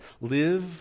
Live